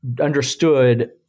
understood